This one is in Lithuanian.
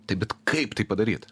tai bet kaip tai padaryt